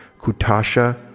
Kutasha